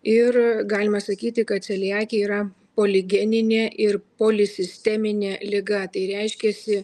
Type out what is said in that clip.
ir galima sakyti kad celiakija yra poligeninė ir polisisteminė liga tai reiškiasi